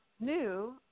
new